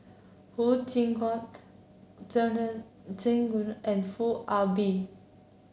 Huang Shiqi Joan and Foo Ah Bee